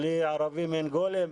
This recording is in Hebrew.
בלי ערבים אין גולים.